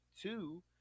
two